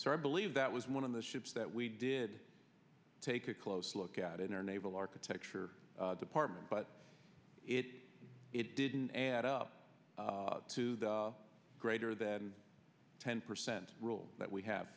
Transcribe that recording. so i believe that was one of the ships that we did take a close look at in our naval architecture department but it it didn't add up to the greater than ten percent rule that we have